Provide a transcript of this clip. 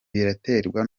biraterwa